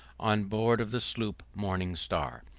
on board of the sloop morning star,